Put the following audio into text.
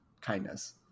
kindness